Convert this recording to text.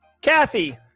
Kathy